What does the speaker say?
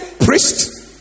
priest